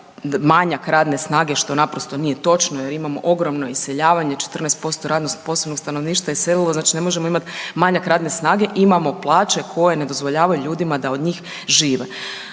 manjak radne snage što naprosto nije točno. Jer imamo ogromno iseljavanje. 14% radno sposobnog stanovništva je iselilo. Znači, ne možemo imati manjak radne snage. Imamo plaće koje ne dozvoljavaju ljudima da od njih žive.